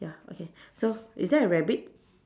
ya okay so is there a rabbit